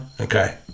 Okay